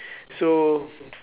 so